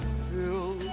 fill